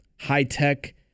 high-tech